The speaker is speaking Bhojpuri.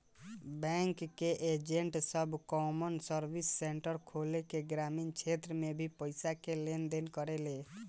बैंक के एजेंट सब कॉमन सर्विस सेंटर खोल के ग्रामीण क्षेत्र में भी पईसा के लेन देन करेले